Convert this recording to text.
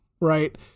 right